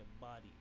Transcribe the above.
body